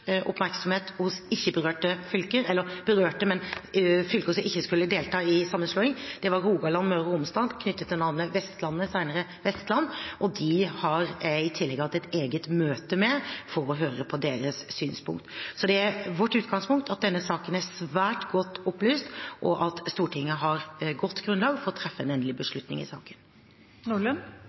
oppmerksomhet hos berørte fylker som ikke skulle delta i sammenslåing – i fylkene Rogaland og Møre og Romsdal – var knyttet til navnet Vestlandet, senere Vestland. Dem har jeg i tillegg hatt et eget møte med for å høre deres synspunkter. Det er vårt utgangspunkt at denne saken er svært godt opplyst, og at Stortinget har godt grunnlag for å treffe en endelig beslutning i saken.